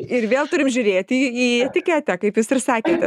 ir vėl turim žiūrėti į etiketę kaip jūs ir sakėte